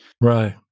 Right